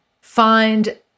find